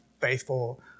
faithful